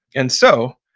and so,